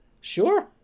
Sure